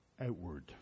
outward